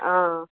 आ